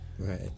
Right